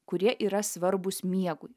kurie yra svarbūs miegui